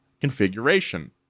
configuration